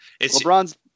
LeBron's